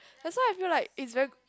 that's why I feel like it's very